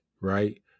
right